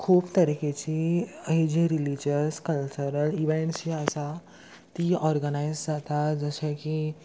खूब तरेकेची जी रिलिजीअस कल्चरल इवँट्स जे आसा ती ऑर्गनायज जाता जशे की